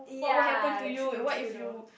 what would happen to you and what if you